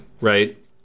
right